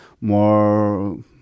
more